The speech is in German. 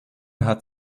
hat